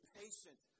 patient